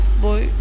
boy